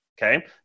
Okay